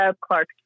Clark